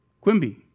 Quimby